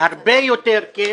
הרבה יותר כן